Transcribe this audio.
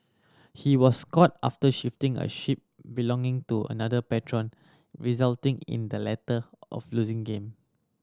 he was caught after shifting a chip belonging to another patron resulting in the latter of losing game